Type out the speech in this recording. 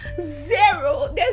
Zero